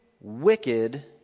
wicked